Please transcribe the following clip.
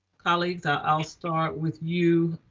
colleagues, i'll start with you,